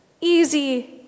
easy